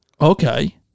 okay